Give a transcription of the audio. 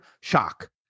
Shock